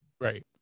Right